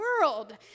world